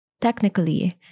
Technically